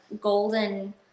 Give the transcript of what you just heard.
golden